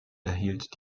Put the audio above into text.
erhielt